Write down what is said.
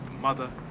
mother